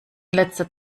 letzter